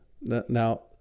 Now